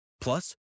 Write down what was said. Plus